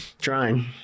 trying